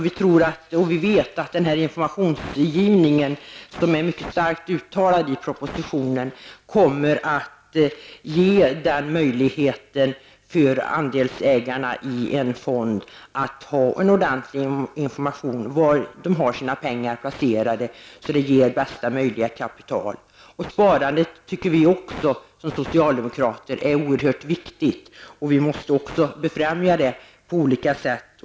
Vi vet att informationsgivningen, som starkt understryks i betänkandet, kommer att ge möjlighet för andelsägarna i en fond att få en ordentlig information om var pengarna är placerade för att ge bästa möjliga kapital. Vi socialdemokrater tycker också att sparandet är oerhört viktigt. Det måste befrämjas på olika sätt.